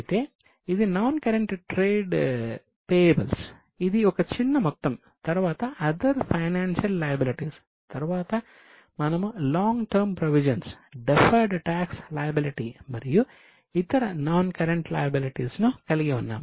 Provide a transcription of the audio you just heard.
అయితే ఇది non current trade పేయబుల్స్ను కలిగి ఉన్నాము